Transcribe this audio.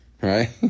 right